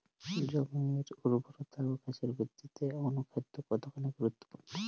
জমির উর্বরতা ও গাছের বৃদ্ধিতে অনুখাদ্য কতখানি গুরুত্বপূর্ণ?